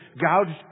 gouged